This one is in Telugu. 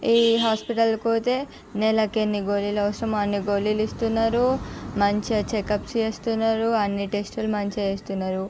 ఈ హాస్పిటల్కి పోతే నెలకి ఎన్ని గోళీలు అవసరమో అన్ని గోళీలు ఇస్తున్నారు మంచిగా చెకప్ చేస్తున్నారు అన్ని టెస్టులు మంచిగా చేస్తున్నారు